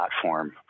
platform